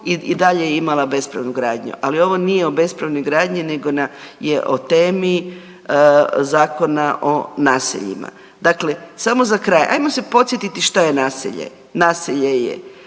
i dalje je imala bespravnu gradnju, ali ovo nije o bespravnoj gradnji nego je o temi Zakona o naseljima. Dakle samo za kraj ajmo se podsjetiti što je naselje. Naselje je